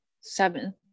seven